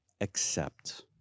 accept